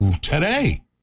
today